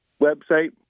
website